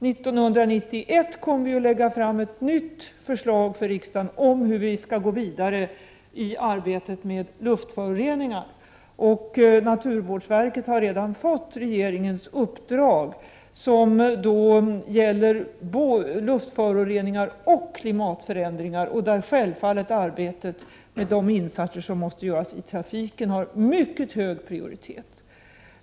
1991 kommer vi att lägga fram ett nytt förslag för riksdagen om hur vi skall gå vidare i arbetet med luftföroreningar. Naturvårdsverket har redan fått regeringens uppdrag, som gäller luftföroreningar och klimatförändringar och där självfallet arbetet med de insatser som måste göras i trafiken har mycket hög prioritet.